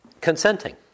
consenting